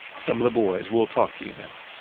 some of the boys will talk to you now.